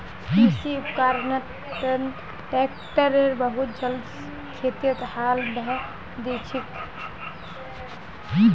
कृषि उपकरणत ट्रैक्टर बहुत जल्दी स खेतत हाल बहें दिछेक